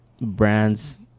brands